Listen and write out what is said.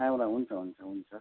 त्यहाँबाट हुन्छ हुन्छ हुन्छ